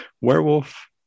werewolf